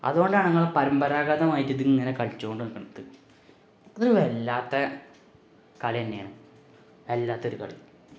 അതുകൊണ്ടാണ് ഞങ്ങൾ പരമ്പരാഗതമായിട്ടിതിങ്ങനെ കളിച്ചുകൊണ്ടിരിക്കുന്നത് അതൊരു വല്ലാത്ത കളിതന്നെയാണ് വല്ലാത്തൊരു കളി